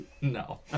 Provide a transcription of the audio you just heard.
No